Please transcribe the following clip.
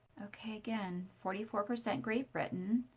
okay, again, forty four percent great britain.